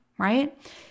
Right